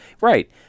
right